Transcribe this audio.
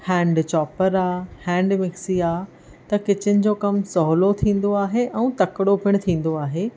hand chopper आहे hand mixie आहे त किचन जो कमु सवलो थींदो आहे ऐं तकिड़ो पिणि थींदो आहे